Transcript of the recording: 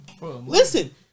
Listen